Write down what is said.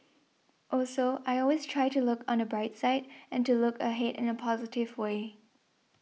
also I always try to look on the bright side and to look ahead in a positive way